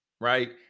right